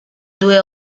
due